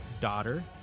daughter